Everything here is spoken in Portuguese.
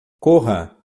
corra